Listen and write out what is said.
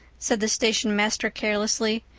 said the station-master carelessly.